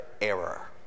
error